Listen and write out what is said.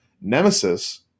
Nemesis